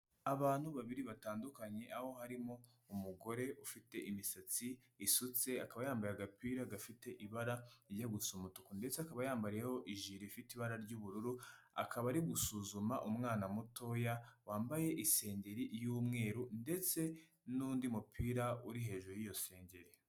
Abantu babiri batandukanye aho harimo umugore ufite imisatsi isutse akaba yambaye agapira gafite ibara rijya gusa umutuku ndetse akaba yambariyeho ijire ifite ibara ry'ubururu, akaba ari gusuzuma umwana mutoya wambaye isengeri y'umweru ndetse n'undi mupira uri hejuru y'isengeri.